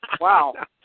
Wow